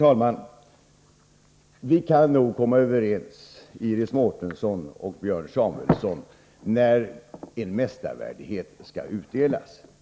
Herr talman! Vi kan nog, Iris Mårtensson och Björn Samuelson, komma överens om när en mästarvärdighet skall utdelas.